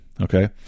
okay